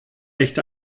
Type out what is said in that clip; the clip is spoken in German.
echt